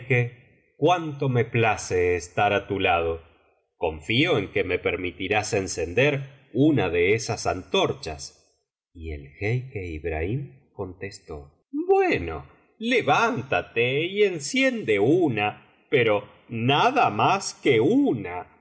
cuánto me place estar á tu lado confío en que me permitirás encender una de esas antorchas y el jeique ibrahim contestó bueno levántate y enciende una pero nada más que una no